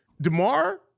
DeMar